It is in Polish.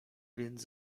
więc